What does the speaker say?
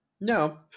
No